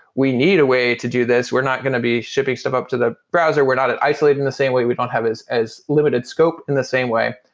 we need a way to do this. we're not going to be shipping stuff up to the browser. we're not isolated in the same way. we don't have as as limited scope in the same way.